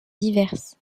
diverses